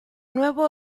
nuevo